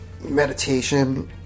meditation